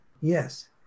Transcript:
Yes